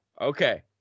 Okay